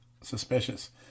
suspicious